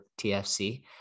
TFC